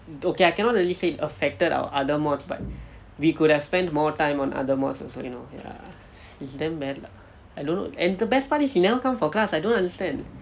okay I cannot really say affected our other modules but we could have spent more time on other modules also you know ya is damn bad lah I don't know and the best part is he never come for class I don't understand